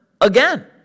again